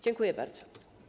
Dziękuję bardzo.